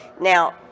Now